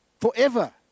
forever